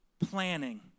Planning